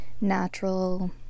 natural